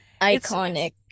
iconic